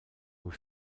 aux